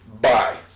bye